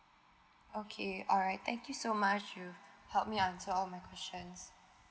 okay alright thank you so much you help me answer all my questions